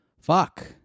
fuck